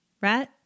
right